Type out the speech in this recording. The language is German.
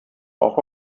auch